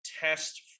test